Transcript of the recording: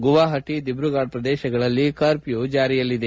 ಗುಹಾಹಟ ದಿಬ್ರುಗಢ್ ಪ್ರದೇಶಗಳಲ್ಲಿ ಕರ್ಪ್ಯೂ ಜಾರಿಯಲ್ಲಿದೆ